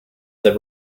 the